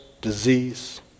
disease